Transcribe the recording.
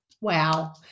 Wow